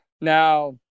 now